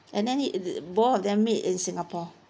and then it the both of them meet in singapore